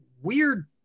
weird